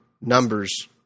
Numbers